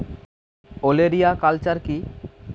ওলেরিয়া কালচার কি?